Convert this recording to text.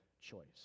choice